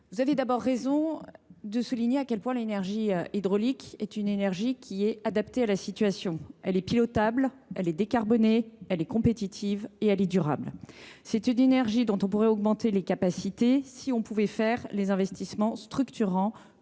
vous avez d’abord raison de souligner à quel point l’énergie hydraulique est une énergie adaptée à la situation : elle est pilotable ; elle est décarbonée ; elle est compétitive ; elle est durable. C’est une énergie dont nous pourrions augmenter les capacités si nous pouvions faire les investissements structurants